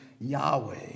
Yahweh